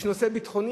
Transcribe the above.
יש נושא ביטחוני,